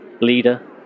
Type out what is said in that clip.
leader